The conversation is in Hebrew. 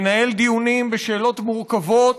מנהל דיונים בשאלות מורכבות,